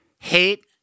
Hate